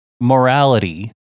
morality